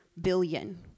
billion